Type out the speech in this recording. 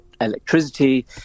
electricity